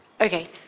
Okay